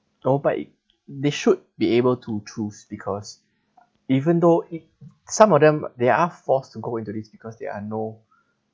oh but it they should be able to choose because even though i~ some of them they are forced to go into these because there are no